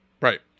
right